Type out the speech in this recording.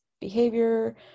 behavior